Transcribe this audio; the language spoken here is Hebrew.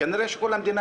כנראה שכל המדינה